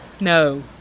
No